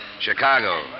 Chicago